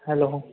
hello